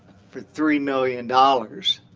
for three million dollars,